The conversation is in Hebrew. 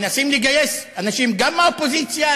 מנסים לגייס אנשים גם מהאופוזיציה,